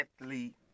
athlete